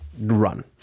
run